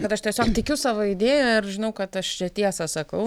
kad aš tiesiog tikiu savo idėja ir žinau kad aš čia tiesą sakau